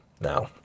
now